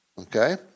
Okay